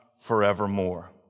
forevermore